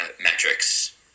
metrics